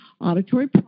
auditory